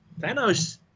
Thanos